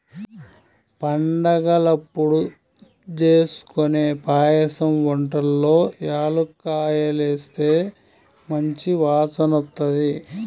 పండగలప్పుడు జేస్కొనే పాయసం వంటల్లో యాలుక్కాయాలేస్తే మంచి వాసనొత్తది